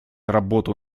работу